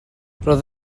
roedd